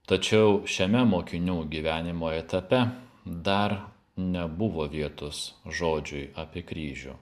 tačiau šiame mokinių gyvenimo etape dar nebuvo vietos žodžiui apie kryžių